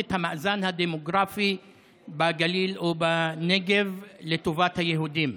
את המאזן הדמוגרפי בגליל או בנגב לטובת היהודים?